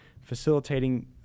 facilitating